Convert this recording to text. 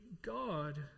God